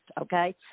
Okay